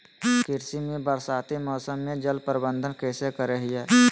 कृषि में बरसाती मौसम में जल प्रबंधन कैसे करे हैय?